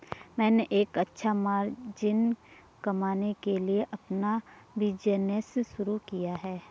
मैंने एक अच्छा मार्जिन कमाने के लिए अपना बिज़नेस शुरू किया है